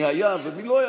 מי היה ומי לא היה,